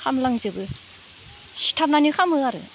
खामलांजोबो सिथाबनानै खामो आरो